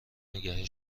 نگه